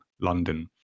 London